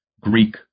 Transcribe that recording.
Greek